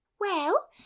Well